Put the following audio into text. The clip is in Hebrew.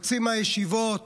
יוצאים מהישיבות,